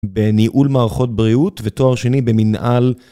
בניהול מערכות בריאות ותואר שני במנהל...